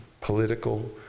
political